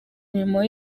mirimo